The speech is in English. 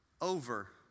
over